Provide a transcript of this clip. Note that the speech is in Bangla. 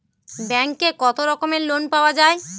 ব্যাঙ্কে কত রকমের লোন পাওয়া য়ায়?